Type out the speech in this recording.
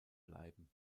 bleiben